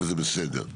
וזה בסדר,